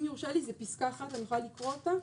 אם יורשה לי, זו פסקה אחת, אני אוכל לקרוא אותה?